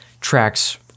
tracks